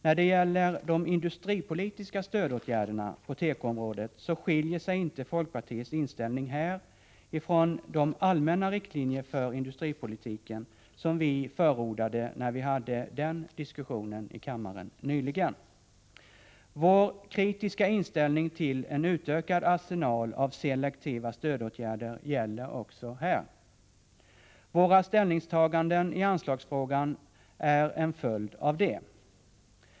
När det gäller de industripolitiska stödåtgärderna på tekoområdet skiljer sig inte folkpartiets inställning från de allmänna riktlinjer för industripolitiken som vi förordade när vi nyligen diskuterade den frågan här i kammaren. Vår kritiska inställning till en utökad arsenal av selektiva stödåtgärder gäller också här. Våra ställningstaganden i anslagsfrågan är en följd av det.